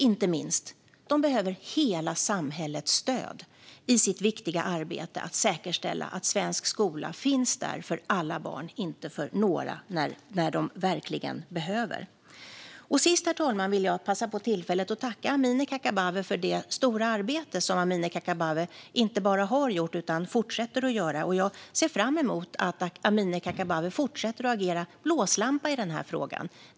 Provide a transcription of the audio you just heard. Inte minst behöver de hela samhällets stöd i sitt viktiga arbete med att säkerställa att svensk skola finns där för alla barn, inte bara för några, när de verkligen behöver den. Sist, herr talman, vill jag ta tillfället i akt att tacka Amineh Kakabaveh för det stora arbete hon inte bara har gjort utan fortsätter att göra. Jag ser fram emot att Amineh Kakabaveh fortsätter att agera blåslampa i den här frågan.